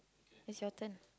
it's your turn